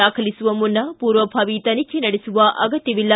ದಾಖಲಿಸುವ ಮುನ್ನ ಪೂರ್ವಾಭಾವಿ ತನಿಖೆ ನಡೆಸುವ ಅಗತ್ಯವಿಲ್ಲ